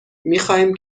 میخواییم